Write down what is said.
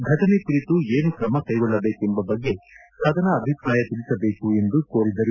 ಫಟನೆ ಕುರಿತು ಏನು ಕ್ರಮ ಕೈಗೊಳ್ಳಬೇಕೆಂಬ ಬಗ್ಗೆ ಸದನ ಅಭಿಪ್ರಾಯ ತಿಳಿಸಬೇಕು ಎಂದು ಕೋರಿದರು